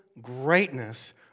greatness